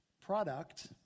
product